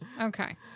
okay